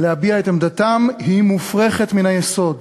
להביע את עמדתם, מופרכת מן היסוד.